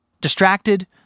distracted